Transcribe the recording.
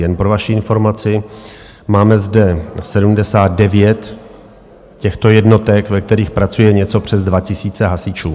Jen pro vaši informaci, máme zde 79 těchto jednotek, ve kterých pracuje něco přes 2 000 hasičů.